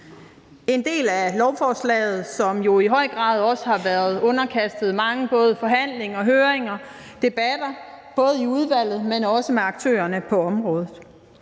en del af lovforslaget, som jo i høj grad også har været underkastet mange forhandlinger, høringer og debatter, både i udvalget, men også med aktørerne på området.